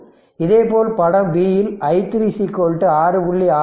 இதேபோல் படம் bல் i3 6